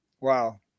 wow